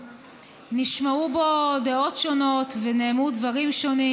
נשמעו בו דעות שונות ונאמרו דברים שונים.